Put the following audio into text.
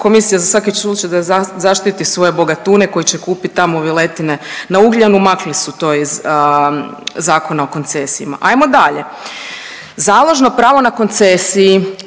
komisija za svaki slučaj da zaštiti svoje bogatune koji će kupit tamo viletine na Ugljenu makli su to iz Zakona o koncesijama. Ajmo dalje, založno pravo na koncesiji,